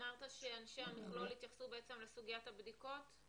אמרת שאנשי המכלול יתייחסו לסוגיית הבדיקות?